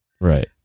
Right